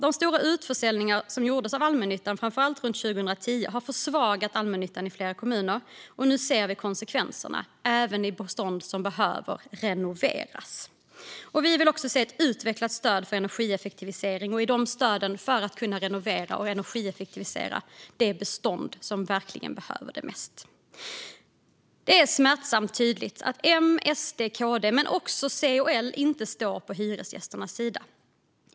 De stora utförsäljningar av allmännyttan som gjordes runt 2010 har försvagat allmännyttan i flera kommuner, och nu ser vi konsekvenserna även i bestånd som behöver renoveras. Vi vill se ett utvecklat stöd för energieffektivisering för att kunna renovera och energieffektivisera det bestånd som verkligen behöver det mest. Det är smärtsamt tydligt att M, SD och KD men också C och L inte står på hyresgästernas sida.